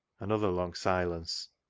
another long silence.